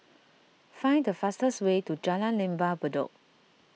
find the fastest way to Jalan Lembah Bedok